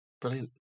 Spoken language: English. Brilliant